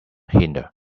hinder